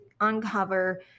uncover